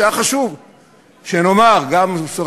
שהיה חשוב שנאמר מייד,